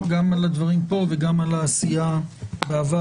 גם על הדברים פה וגם על העשייה בעבר,